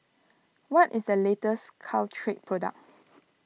what is the latest Caltrate product